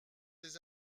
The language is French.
des